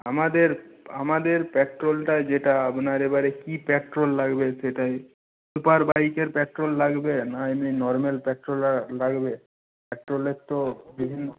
আমাদের আমাদের পেট্রোলটা যেটা আপনার এবারে কী পেট্রোল লাগবে সেটাই সুপার বাইকের পেট্রোল লাগবে না এমনি নর্মাল পেট্রোল লাগবে পেট্রোলের তো বিভিন্ন